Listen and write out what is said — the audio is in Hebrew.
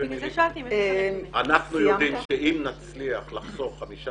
אנחנו יודעים שאם נצליח לחסוך חמישה